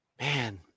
Man